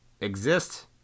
exist